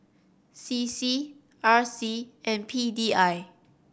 C C R C and P D I